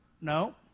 no